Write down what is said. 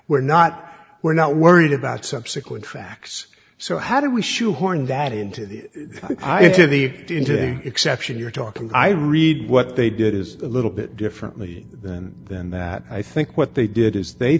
we're not we're not worried about subsequent facts so how do we shoe horn that into the eye to the into the exception you're talking i read what they did is a little bit differently than than that i think what they did is they